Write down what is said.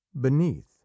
beneath